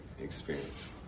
experience